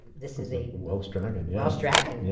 this is a welsh dragon welsh dragon. yeah